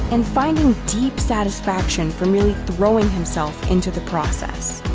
and finding deep satisfaction from really throwing himself into the process.